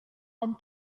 and